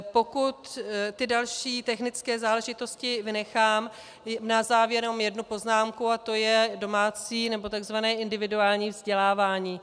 Pokud ty další technické záležitosti vynechám, na závěr jenom jednu poznámku, a to je domácí nebo takzvané individuální vzdělávání.